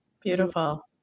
beautiful